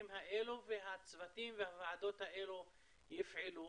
האלה והצוותים והוועדות האלה יפעלו,